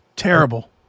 terrible